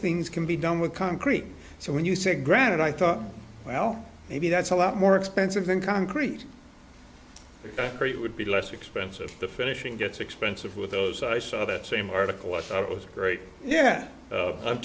things can be done with concrete so when you say granted i thought well maybe that's a lot more expensive than concrete it would be less expensive the finishing gets expensive with those i saw that same article i thought was great yeah